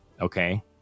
Okay